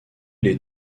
les